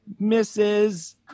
Mrs